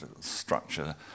structure